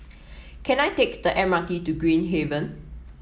can I take the M R T to Green Haven